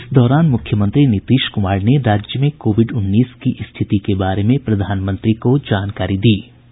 इस दौरान मुख्यमंत्री नीतीश कुमार ने राज्य में कोविड उन्नीस की स्थिति के बारे में प्रधानमंत्री को जानकारी दी गई